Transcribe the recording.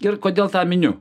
ir kodėl tą miniu